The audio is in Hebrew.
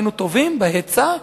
היינו טובים בהיצע,